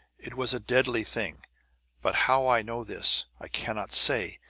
it was a deadly thing but how i know this, i cannot say,